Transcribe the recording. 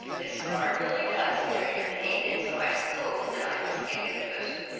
this card really does bear your name, and so i suppose that i must give you the cushion.